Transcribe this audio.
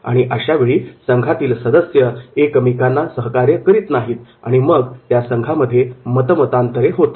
आणि अशा वेळी संघातील सदस्य एकमेकांना सहकार्य करीत नाहीत आणि मग संघामध्ये मतमतांतरे होतात